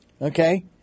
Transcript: Okay